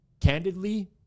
candidly